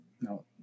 no